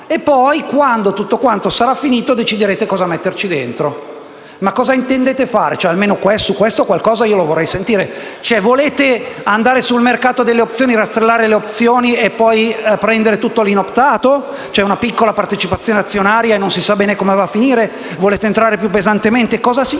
e poi, quando tutto quanto sarà finito, deciderete cosa metterci dentro. Ma cosa intendete fare? Almeno su questo qualcosa lo vorrei sentire. Volete andare sul mercato delle opzioni, rastrellare le opzioni e poi prendere tutto l'inoptato, cioè una piccola partecipazione azionaria e non si sa bene come va a finire? Volete entrare più pesantemente? Cosa significa